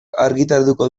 argitaratuko